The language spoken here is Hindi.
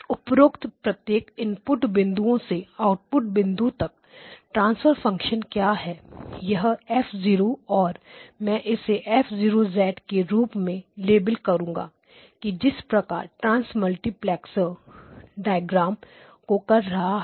उपरोक्त प्रत्येक इनपुट बंधुओं से आउटपुट बिंदु तक ट्रांसफर फंक्शन क्या है यह F0 और मैं इसे F0 के रूप में लेबल करूंगा कि जिस प्रकार ट्रांस मल्टीप्लैक्सर डायग्राम को कर रहा है